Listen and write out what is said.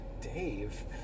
Dave